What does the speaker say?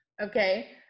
Okay